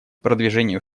продвижению